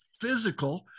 physical